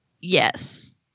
Yes